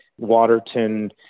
Waterton